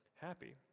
happy